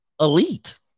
elite